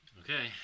okay